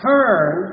Turn